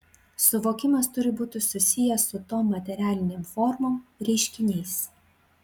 suvokimas turi būti susijęs su tom materialinėm formom reiškiniais